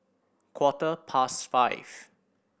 quarter past five